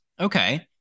okay